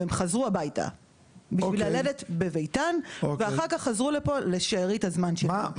הן חזרו הביתה בשביל ללדת בביתן ואחר כך חזרו לפה לשארית הזמן שלהן.